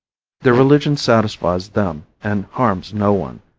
their religion satisfies them and harms no one,